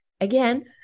Again